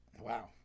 Wow